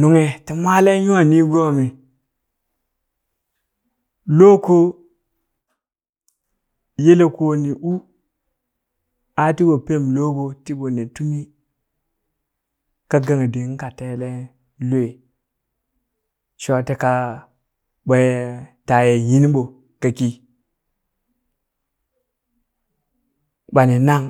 nughi ti maalen nywaanigoomi lookoo yelekoo ni u aa tiɓo pem loɓo tiɓo ne tumi ka gangdikung ka teelen lwe shoti ka ɓa taaye nyinɓo kakii ɓani nang